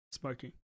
smoking